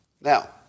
Now